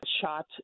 shot